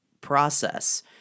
process